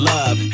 Love